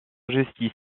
justice